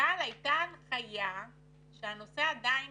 אבל הייתה הנחיה שהנושא עדיין